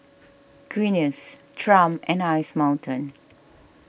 Guinness Triumph and Ice Mountain